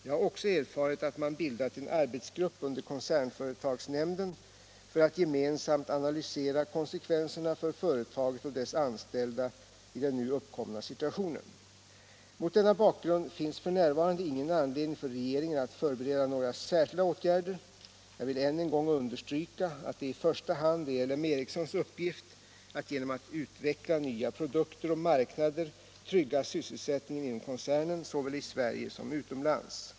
Jag har också erfarit att man bildat en arbetsgrupp under koncernföretagsnämnden för att gemensamt analysera konsekvenserna för företaget och dess anställda i den nu uppkomna situationen. Mot denna bakgrund finns f.n. ingen anledning för regeringen att förbereda några särskilda åtgärder. Jag vill än en gång understryka att det i första hand är LM Ericssons uppgift att genom att utveckla nya produkter och marknader trygga sysselsättningen inom koncernen såväl i Sverige som utomlands.